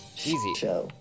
Easy